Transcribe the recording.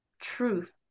truth